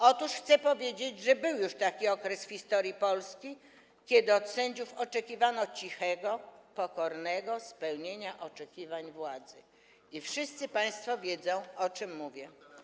Otóż chcę powiedzieć, że był już taki okres w historii Polski, kiedy od sędziów oczekiwano cichego, pokornego spełniania oczekiwań władzy, i wszyscy państwo wiedzą, o czym mówię.